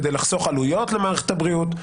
כדי לחסוך עלויות למערכת הבריאות,